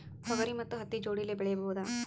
ತೊಗರಿ ಮತ್ತು ಹತ್ತಿ ಜೋಡಿಲೇ ಬೆಳೆಯಬಹುದಾ?